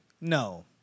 No